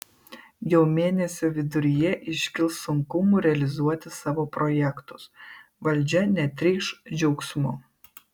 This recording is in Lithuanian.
jau mėnesio viduryje iškils sunkumų realizuoti savo projektus valdžia netrykš džiaugsmu